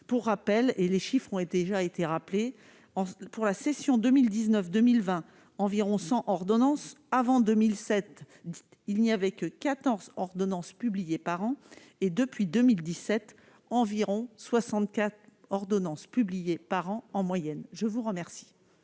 pour rappel, et les chiffres ont été déjà été rappelé pour la session 2019, 2020 environ sans ordonnance avant 2007, il n'y avait que 14 ordonnance publiée par an et, depuis 2017 environ 64 ordonnance publiée par an en moyenne je vous remercie.